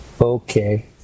Okay